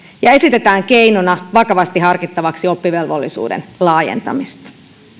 ja esitetään keinona vakavasti harkittavaksi oppivelvollisuuden laajentamista